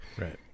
right